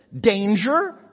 danger